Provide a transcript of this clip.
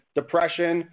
depression